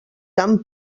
tan